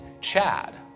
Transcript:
Chad